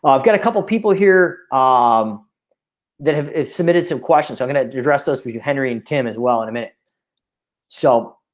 ah i've got a couple people here um that have submitted some questions. i'm gonna address those we do henry and tim as well in a minute so